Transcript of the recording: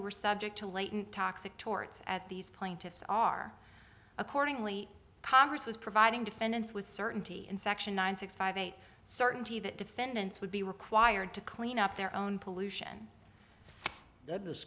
who were subject to latent toxic torts as these plaintiffs are accordingly congress was providing defendants with certainty in section nine six five eight certainty that defendants would be required to clean up their own pollution the